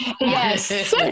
Yes